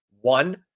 one